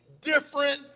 different